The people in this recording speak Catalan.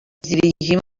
dirigim